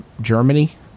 Germany